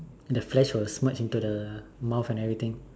the flesh will smudge into the mouth and everything